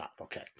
Okay